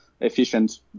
efficient